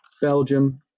Belgium